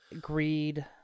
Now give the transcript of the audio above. greed